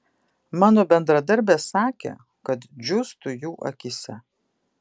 mano bendradarbės sakė kad džiūstu jų akyse